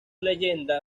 leyenda